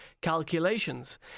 calculations